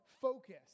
focus